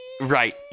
Right